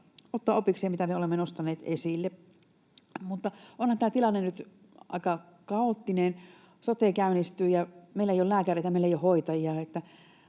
ottaa opiksi, mitä me olemme nostaneet esille. Onhan tämä tilanne nyt aika kaoottinen. Sote käynnistyy, ja meillä ei ole lääkäreitä, meillä ei ole hoitajia.